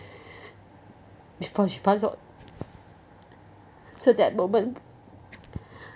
before she passed on so that moment